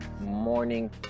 morning